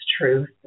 truth